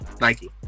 Nike